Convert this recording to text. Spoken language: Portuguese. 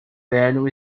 velho